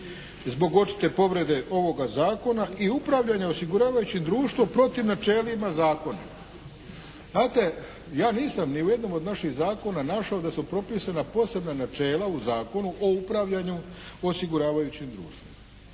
zbog očite povrede ovoga zakona i upravljanja osiguravajućim društvom protiv načelima zakona. Znate, ja nisam ni u jednom od naših zakona našao da su propisana posebna načela u Zakonu o upravljanju osiguravajućim društvima.